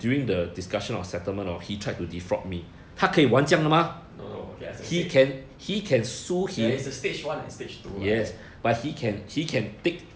orh okay I see I see there is a stage one and stage two lah